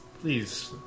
please